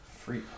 Free